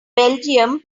belgium